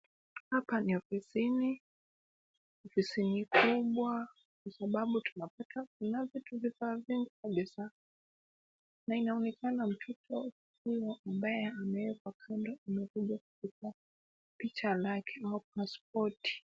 Hapa ni ofisini. Ofisini kubwa kwa sababu tunapata kuna vifaa vingi kabisaa na inaonekana mtoto huyo ambaye amewekwa kando amebebwa picha ambaye akiwa mwanaspoti.